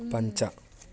पञ्च